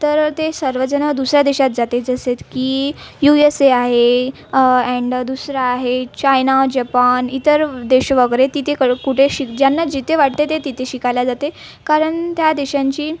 तर ते सर्वजण दुसऱ्या देशात जाते जसेत की युएसए आहे अँड दुसरा आहे चायना जपान इतर देश वगैरे तिथे कळ कुठे शिक ज्यांना जिथे वाटते ते तिथे शिकायला जाते कारण त्या देशांची